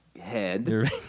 head